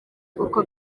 uko